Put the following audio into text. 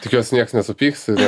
tikiuosi nieks nesupyks